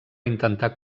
intentar